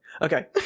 Okay